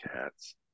Cats